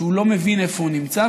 שהוא לא מבין איפה הוא נמצא,